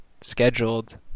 scheduled